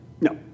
No